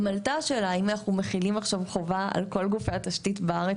גם עלתה השאלה האם אנחנו מחילים עכשיו חובה על כל גופי התשתית בארץ